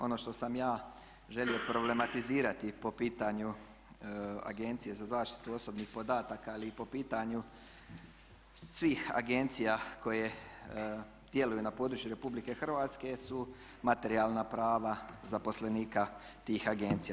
Ono što sam ja želio problematizirati po pitanju Agencije za zaštitu osobnih podataka ali i po pitanju svih agencija koje djeluju na području Republike Hrvatske su materijalna prava zaposlenika tih agencija.